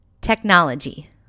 technology